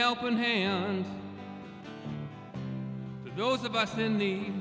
helping hand to those of us in the